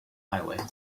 highway